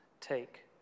take